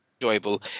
Enjoyable